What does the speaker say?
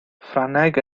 ffrangeg